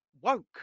woke